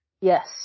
yes